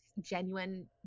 genuine